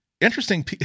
interesting